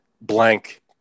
blank